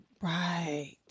Right